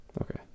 Okay